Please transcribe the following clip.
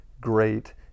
great